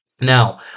Now